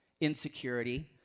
insecurity